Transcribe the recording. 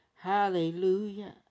Hallelujah